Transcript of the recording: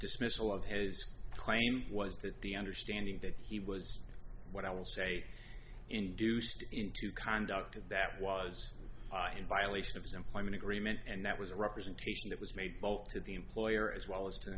dismissal of his claim was that the understanding that he was what i will say induced him to conduct that was in violation of his employment agreement and that was a representation that was made both to the employer as well as to